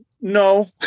no